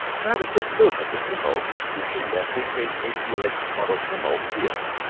to have a quick look at the symbols you see a three-phase ac electric motor symbol here